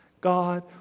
God